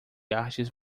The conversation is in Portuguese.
artes